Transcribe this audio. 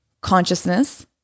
consciousness